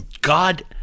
God